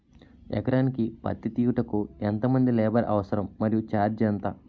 ఎకరానికి పత్తి తీయుటకు ఎంత మంది లేబర్ అవసరం? మరియు ఛార్జ్ ఎంత?